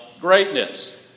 greatness